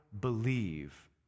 believe